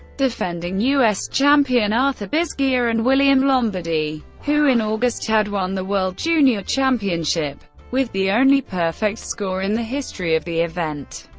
defending u s. champion arthur bisguier, and william lombardy, who in august had won the world junior championship with the only perfect score in the history of the event.